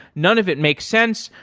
none of it makes sense.